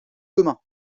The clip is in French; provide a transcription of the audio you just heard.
demain